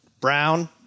brown